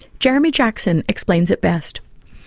jeremy jackson explains it best.